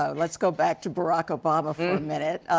um let's go back to barack obama for a minute.